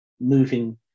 moving